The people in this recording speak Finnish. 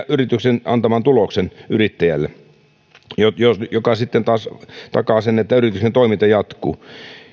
yrityksen antaman tuloksen yrittäjälle mikä sitten taas takaa sen että yrityksen toiminta jatkuu